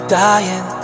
dying